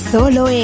Solo